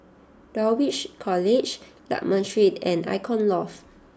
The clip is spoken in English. Dulwich College Lakme Street and Icon Loft